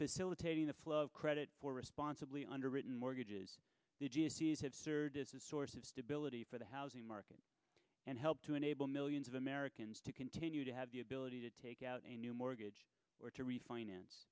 facilitating the flow of credit for responsibly underwritten mortgages have served as a source of stability for the housing market and helped to enable millions of americans to continue to have the ability to take out a new mortgage or to refinance